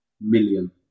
million